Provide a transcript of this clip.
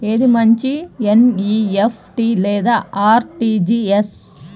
ఏది మంచి ఎన్.ఈ.ఎఫ్.టీ లేదా అర్.టీ.జీ.ఎస్?